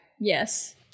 yes